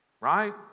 Right